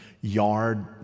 yard